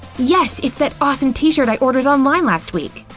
yes! it's that awesome t-shirt i ordered online last week!